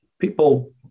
People